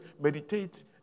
Meditate